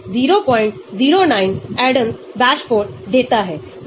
एक है हम x अक्ष pi पर है कि हाइड्रोफोबिक हाइड्रोफिलिक प्रतिस्थापन है